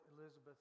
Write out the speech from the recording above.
Elizabeth